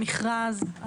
המכרז,